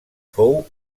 fou